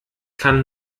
kann